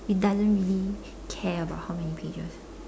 you doesn't really care about how many pages